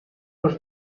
los